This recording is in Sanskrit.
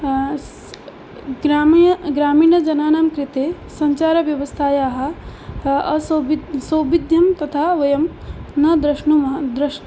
ग्रामीणजनानां कृते सञ्चारव्यवस्थायाः असौविध् सौविध्यं तथा वयं न द्रष्टुं द्रष्